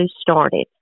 started